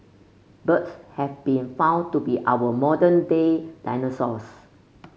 birds have been found to be our modern day dinosaurs